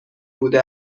بوده